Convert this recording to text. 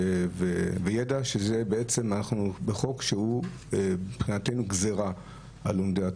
וידע שאנחנו בעצם דנים בחוק שהוא גזירה על לומדי התורה.